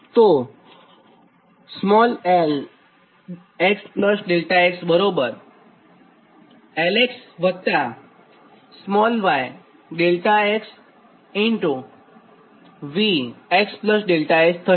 તો 𝑙 x Δ𝑥 બરાબર 𝑙 વત્તા y Δ𝑥 V x Δ𝑥 થશે